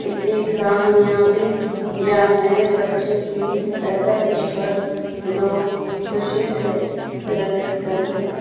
کسی کامیابی یا نئے بچے کی پیدائش پر لوگ خوشی سے رقص کرتے ہیں